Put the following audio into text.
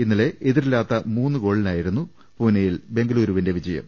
ഇന്നലെ എതിരില്ലാത്ത മൂന്ന് ഗോളിനായി രുന്നു പൂനെയിൽ ബെങ്കലൂരുവിന്റെ വിജയം